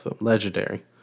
legendary